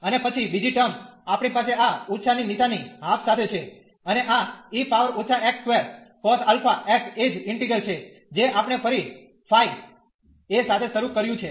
અને પછી બીજી ટર્મ આપણી પાસે આ ઓછા ની નીશાની હાફ સાથે છે અને આ e પાવર ઓછા x square cos alpha x એ જ ઇન્ટિગ્રલ છે જે આપણે ફરી ફાઇ એ સાથે શરૂ કર્યું છે